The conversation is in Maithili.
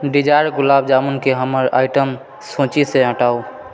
डिजायर गुलाब जामुन केँ हमर आइटम सूचीसँ हटाउ